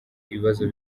ibibazo